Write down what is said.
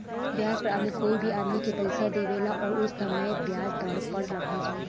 ब्याज पर आदमी कोई भी आदमी के पइसा दिआवेला ओ समय तय ब्याज दर पर लाभांश होला